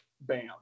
bam